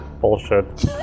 Bullshit